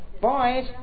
Boys